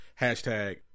Hashtag